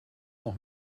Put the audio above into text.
noch